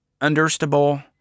understandable